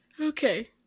Okay